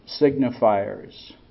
signifiers